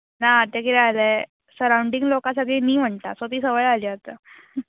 ना तें कितें जालें सरावण्डींग लोक आसा तीं न्हय म्हणटा सो ती सवय जाली आतां